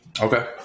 Okay